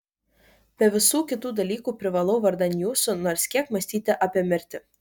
be visų kitų dalykų privalau vardan jūsų nors kiek mąstyti apie mirtį